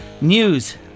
news